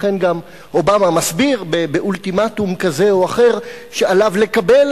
לכן גם אובמה מסביר באולטימטום כזה או אחר שעליו לקבל